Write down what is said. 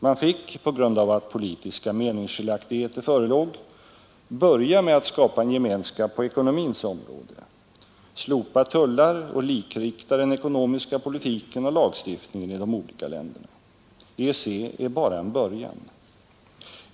Man fick — På grund av att politiska meningsskiljaktigheter förelåg — börja med att skapa en gemenskap på ekonomins område: slopa tullar och likrikta den ekonomiska politiken och lagstiftningen i de olika länderna. EEC är bara en början.